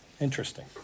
Interesting